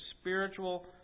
spiritual